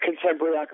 Contemporary